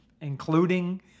including